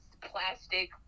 plastic